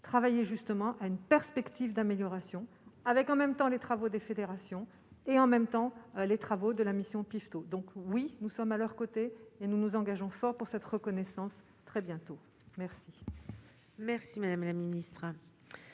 travailler justement à une perspective d'amélioration, avec en même temps, les travaux des fédérations et en même temps, les travaux de la mission Piveteau, donc oui, nous sommes à leurs côtés et nous nous engageons fort pour cette reconnaissance très bientôt. Merci,